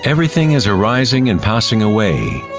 everything is arising and passing away,